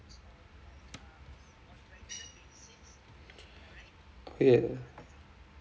ya